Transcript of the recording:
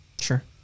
sure